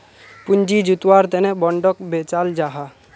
पूँजी जुत्वार तने बोंडोक बेचाल जाहा